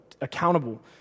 accountable